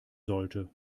sollte